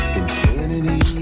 infinity